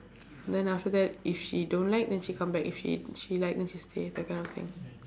then after that if she don't like then she come back if she she like then she stay that kind of thing